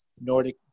Nordic